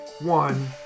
one